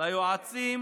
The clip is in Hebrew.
ליועצים